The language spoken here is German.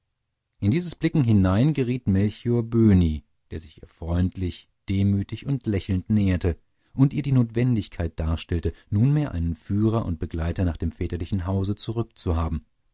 in dieses blicken hinein geriet melchior böhni der sich ihr freundlich demütig und lächelnd näherte und ihr die notwendigkeit darstellte nunmehr einen führer und begleiter nach dem väterlichen hause zurück zu haben